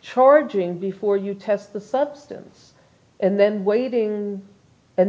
charging before you test the substance and then waiting and